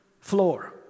floor